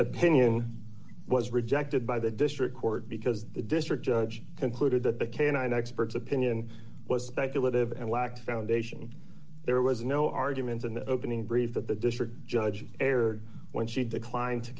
opinion was rejected by the district court because the district judge concluded that the canine expert's opinion was speculated and lacked foundation there was no argument in the opening brief that the district judge erred when she declined to